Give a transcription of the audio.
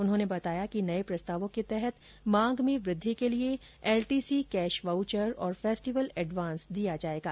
उन्होंने बताया कि नये प्रस्तार्वो के तहत मांग में वृद्धि के लिए एलटीसी कैश वाउचर और फेस्टिवल एडवांस दिया जाएगा